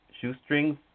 shoestrings